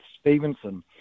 Stevenson